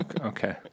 Okay